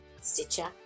Stitcher